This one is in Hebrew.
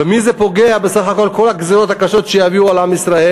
במי פוגעות בסך הכול כל הגזירות הקשות שיביאו על עם ישראל,